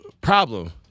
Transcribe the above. problem